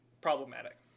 problematic